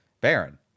Baron